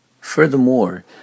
Furthermore